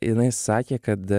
jinai sakė kad